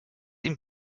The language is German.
ihm